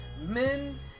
men